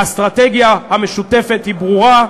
האסטרטגיה המשותפת היא ברורה,